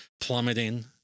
plummeting